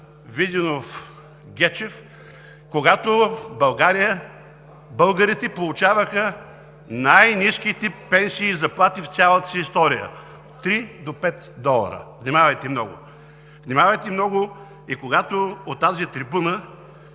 Виденов – Гечев, когато в България българите получаваха най-ниските пенсии и заплати в цялата си история – три до пет долара. Внимавайте много! Внимавайте много и когато от тази трибуна